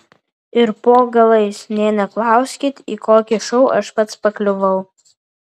ir po galais nė neklauskit į kokį šou aš pats pakliuvau